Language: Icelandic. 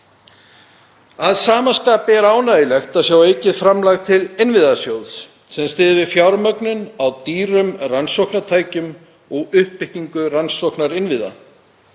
Að sama skapi er ánægjulegt að sjá aukið framlag til Innviðasjóðs sem styður við fjármögnun á dýrum rannsóknartækjum og uppbyggingu rannsóknarinnviða